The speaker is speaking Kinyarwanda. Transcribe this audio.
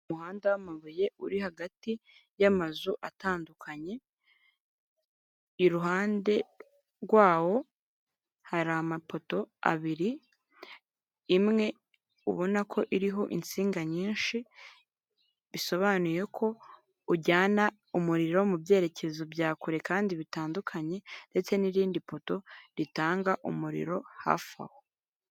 Umuhanda w'amabuye uri hagati y'amazu atandukanye, iruhande rwawo hari amapoto abiri, imwe ubona ko iriho insinga nyinshi, bisobanuye ko ujyana umuriro mu byerekezo bya kure kandi bitandukanye ndetse n'irindi poto ritanga umuriro hafi aho.